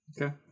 Okay